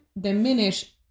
diminish